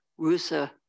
Rusa